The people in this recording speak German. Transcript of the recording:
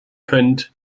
könnt